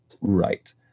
right